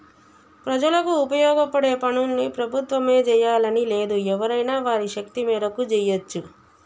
ప్రజలకు ఉపయోగపడే పనుల్ని ప్రభుత్వమే జెయ్యాలని లేదు ఎవరైనా వారి శక్తి మేరకు జెయ్యచ్చు